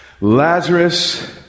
Lazarus